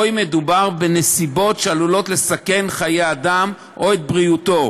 או אם מדובר בנסיבות שעלולות לסכן חיי אדם או את בריאותו,